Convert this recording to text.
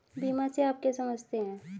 बीमा से आप क्या समझते हैं?